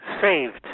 saved